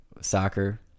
soccer